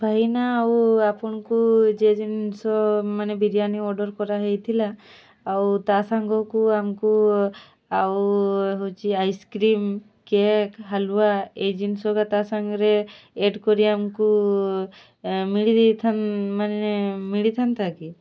ଭାଇନା ଆଉ ଆପଣଙ୍କୁ ଯେ ଜିନିଷ ମାନେ ବିରିୟାନୀ ଅର୍ଡ଼ର୍ କରାହେଇଥିଲା ଆଉ ତା ସାଙ୍ଗକୁ ଆମକୁ ଆଉ ହେଉଛି ଆଇସ୍କ୍ରିମ୍ କେକ୍ ହାଲୁଆ ଏଇ ଜିନିଷ ଏକା ତା ସାଙ୍ଗରେ ଏଡ଼୍ କରି ଆମକୁ ମିଳି ମାନେ ମିଳିଥାନ୍ତା କି